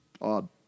odd